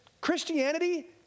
Christianity